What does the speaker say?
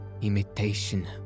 Imitation